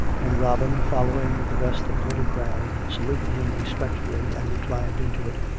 and robin, following with the rest of the little crowd, saluted him respectfully as he climbed into it,